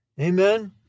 Amen